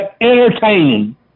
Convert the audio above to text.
entertaining